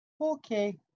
Okay